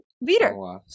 leader